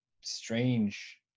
strange